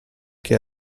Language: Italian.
che